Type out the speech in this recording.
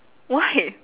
why